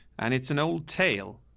and it's an old tale.